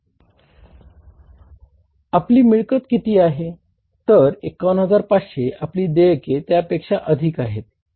आपली मिळकत किती आहे तर 51500 आपली देयके त्यापेक्षा अधिक आहेत